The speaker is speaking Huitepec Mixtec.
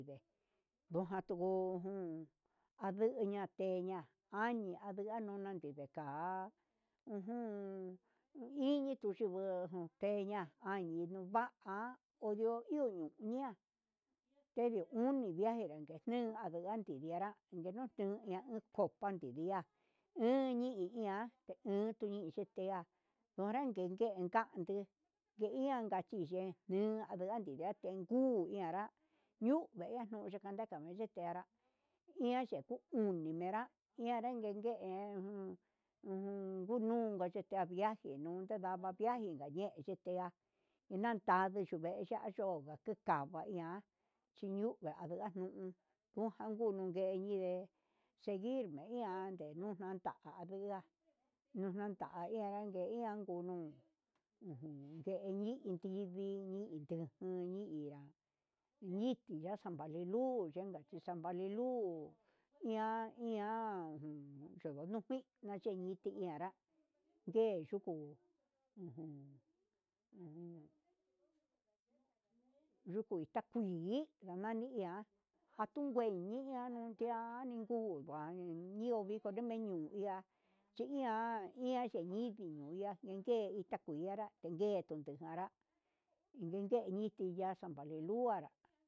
Ndujan tuku jun anduña te'e ña'a añii andunga nindé ka'a ujun, ituu yungu teñuu ña'a jani nuva'a ondio iho ñuia tendio uni vaje ndade jun nuke ndiguiera lña uun kuente ndia uñe hi iha, utú ike teá onra nguen ngue ngandie ian ka'a chiyee nii akun nduguera nuu nanuka yekaneka neyee teanrá iha ndiku nguiñe nienrá ndegue ujun ngunuu, kachetea viaje nuu tendama viaje yane'e tea inye'a inantave ianyo'o yukava iha chinduu ha iha ngu jun ujan ngunuu yeyindé seguir nume iha janda ahia nunanda ndai iha ingunu ungue yenii ndivii, intiña xhinuu nia nitia san valelu yenka xhi san valilu ian ian jun ununo kuian cheñi tianrá, he yuku ujun ujun yuku takui ndanania, atukue nia undea ninguun ndio viko niñe iha, iha ne'e xhemi'i tinundia nguike'e takui ngara duken tundega ndidi ye'e nitiya san valeluará.